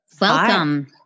Welcome